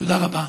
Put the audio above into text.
תודה רבה.